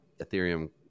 Ethereum